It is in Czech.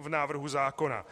v návrhu zákona.